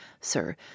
sir